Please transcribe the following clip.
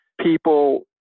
people